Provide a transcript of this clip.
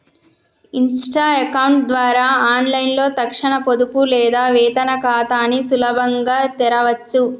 Insta account ద్వారా ఆన్లైన్లో తక్షణ పొదుపు లేదా వేతన ఖాతాని సులభంగా తెరవచ్చు